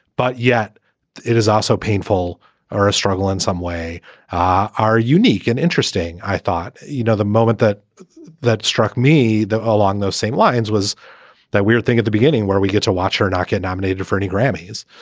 but yet it is also painful or a struggle in some way are unique and interesting. i thought, you know, the moment that that struck me along those same lines was that weird thing at the beginning where we get to watch her not get nominated for any grammys,